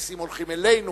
המסים הולכים אלינו,